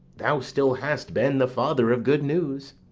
thou still hast been the father of good news.